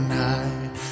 night